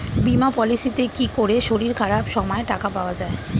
বীমা পলিসিতে কি করে শরীর খারাপ সময় টাকা পাওয়া যায়?